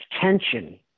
tension